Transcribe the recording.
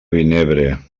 vinebre